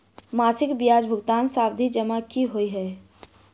मासिक ब्याज भुगतान सावधि जमा की होइ है?